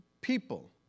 people